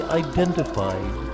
identified